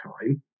time